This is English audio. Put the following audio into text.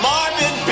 Marvin